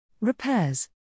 Repairs